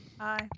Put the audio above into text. Hi